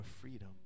freedom